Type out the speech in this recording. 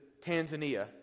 Tanzania